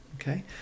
Okay